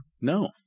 No